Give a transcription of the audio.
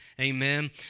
Amen